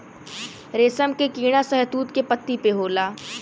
रेशम के कीड़ा शहतूत के पत्ती पे होला